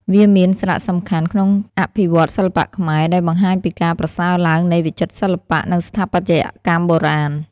វាមានសារសំខាន់ក្នុងអភិវឌ្ឍន៍សិល្បៈខ្មែរ ដោយបង្ហាញពីការប្រសើរឡើងនៃវិចិត្រសិល្បៈ និងស្ថាបត្យកម្មបុរាណ។